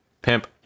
Pimp